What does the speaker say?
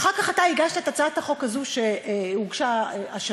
אחר כך אתה הגשת את הצעת החוק הזאת, שהוגשה השבוע.